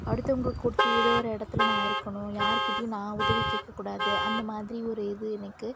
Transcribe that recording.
அடுத்தவர்களுக்கு கொடுத்து உதவுகிற இடத்துல நான் இருக்கணும் யார் கிட்டேயும் நான் உதவி கேட்க கூடாது அந்த மாதிரி ஒரு இது எனக்கு